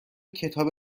کتاب